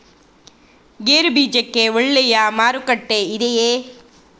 ಗೇರು ಬೀಜಕ್ಕೆ ಒಳ್ಳೆಯ ಮಾರುಕಟ್ಟೆ ಇದೆಯೇ?